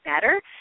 better